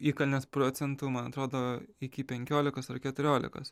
įkalnės procentų man atrodo iki penkiolikos ar keturiolikos